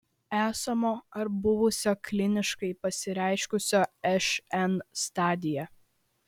esamo ar buvusio kliniškai pasireiškusio šn stadija